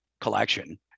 collection